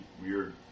weird